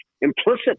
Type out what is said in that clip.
implicit